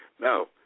No